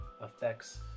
affects